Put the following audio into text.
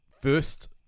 first